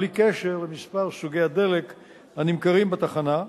בלי קשר למספר סוגי הדלק הנמכרים בתחנה,